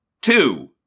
Two